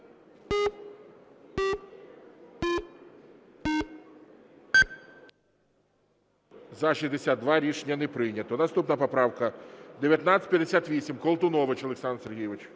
За-62 Рішення не прийнято. Наступна поправка 1958, Колтунович Олександр Сергійович.